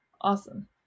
Awesome